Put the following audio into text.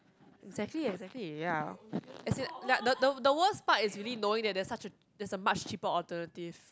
exactly exactly ya as in like the the the worst part is really knowing there's such a there's a much cheaper alternative